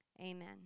amen